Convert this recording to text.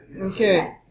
Okay